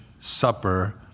supper